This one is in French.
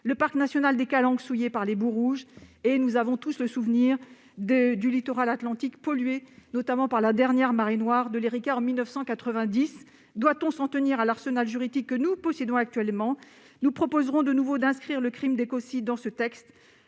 Le parc national des Calanques a été souillé par les boues rouges, et nous nous souvenons tous du littoral atlantique pollué par la dernière marée noire après le naufrage de l'en 1999. Doit-on s'en tenir à l'arsenal juridique que nous possédons actuellement ? Nous proposerons de nouveau d'inscrire le crime d'écocide dans ce texte,